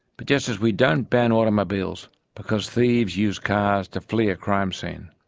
but just as we don't ban automobiles because thieves use cars to flee a crime scene,